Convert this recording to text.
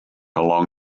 along